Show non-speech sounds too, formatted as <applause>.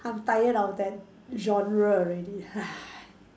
I'm tired of that genre already <breath>